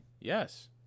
Yes